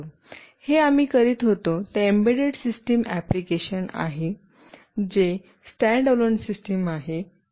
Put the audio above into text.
हे आम्ही करत होतो ते एम्बेडेड सिस्टम एप्लिकेशन आहे जो स्टँडअलोन सिस्टम आहे